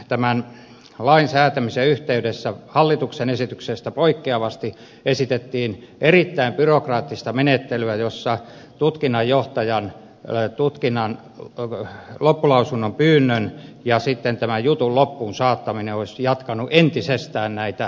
tämän lain säätämisen yhteydessä hallituksen esityksestä poikkeavasti esitettiin myös erittäin byrokraattista menettelyä jossa tutkinnanjohtajan tutkinnan loppulausunnon pyynnön ja sitten tämän jutun loppuunsaattaminen olisivat jatkaneet entisestään näitä tutkinta aikoja